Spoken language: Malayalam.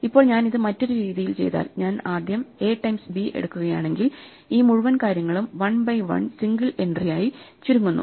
ഇപ്പോൾ ഞാൻ ഇത് മറ്റൊരു രീതിയിൽ ചെയ്താൽ ഞാൻ ആദ്യം എ ടൈംസ് ബിഎടുക്കുകയാണെങ്കിൽ ഈ മുഴുവൻ കാര്യങ്ങളും 1 ബൈ 1 സിംഗിൾ എൻട്രിയായി ചുരുങ്ങുന്നു